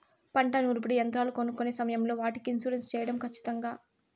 పంట నూర్పిడి యంత్రాలు కొనుక్కొనే సమయం లో వాటికి ఇన్సూరెన్సు సేయడం ఖచ్చితంగా?